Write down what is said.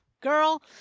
Girl